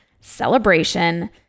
celebration